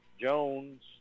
Jones